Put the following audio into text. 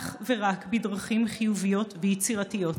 אך ורק בדרכים חיוביות ויצירתיות,